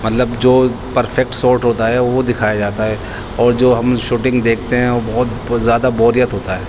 مطلب جو perfect sort ہوتا ہے وہ دکھایا جاتا ہے اور جو ہم شوٹنگ دیکھتے ہیں وہ بہت زیادہ بوریت ہوتا ہے